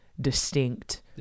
distinct